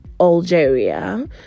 Algeria